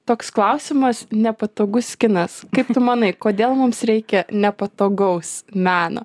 toks klausimas nepatogus kinas kaip tu manai kodėl mums reikia nepatogaus meno